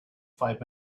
five